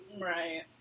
Right